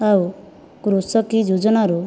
ଆଉ କୃଷକି ଯୋଜନାରୁ